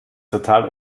total